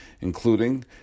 including